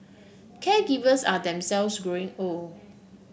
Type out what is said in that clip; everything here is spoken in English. caregivers are themselves growing old